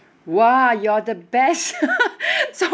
!wah! you are the best